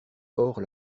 hors